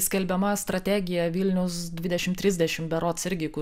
skelbiama strategija vilniaus dvidešimt trisdešimt berods irgi kur